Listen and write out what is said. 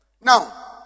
now